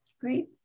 Great